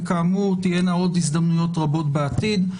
וכאמור תהיינה עוד הזדמנויות רבות בעתיד.